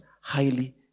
highly